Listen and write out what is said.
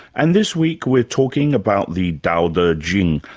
and this week we're talking about the dao de jing,